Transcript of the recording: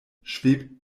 schwebt